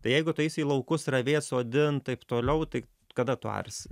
tai jeigu tu eisi į laukus ravėt sodint taip toliau tai kada tu arsi